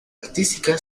artística